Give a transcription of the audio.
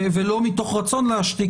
ולא מתוך רצון להשתיק,